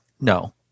No